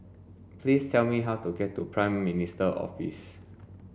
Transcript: please tell me how to get to Prime Minister's Office